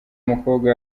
mukobwa